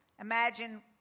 Imagine